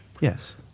Yes